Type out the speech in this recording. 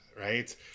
right